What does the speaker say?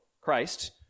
Christ